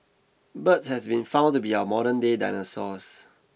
birds has been found to be our modernday dinosaurs